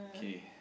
okay